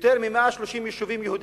יותר מ-130 יישובים יהודיים,